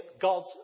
God's